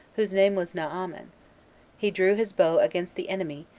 whose name was naaman he drew his bow against the enemy,